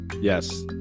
yes